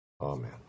Amen